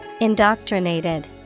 Indoctrinated